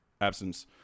Absence